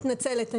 אני מתנצלת.